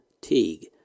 Teague